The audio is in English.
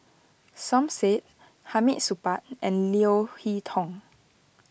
Som Said Hamid Supaat and Leo Hee Tong